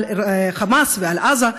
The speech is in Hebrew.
על חמאס ועל עזה,